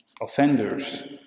offenders